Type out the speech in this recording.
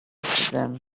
them